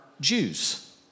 Jews